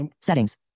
settings